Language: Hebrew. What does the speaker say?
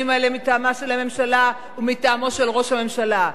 האלה מטעמה של הממשלה ומטעמו של ראש הממשלה.